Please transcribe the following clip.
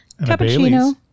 Cappuccino